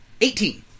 eighteen